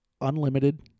unlimited